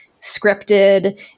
scripted